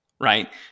right